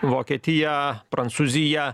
vokietija prancūzija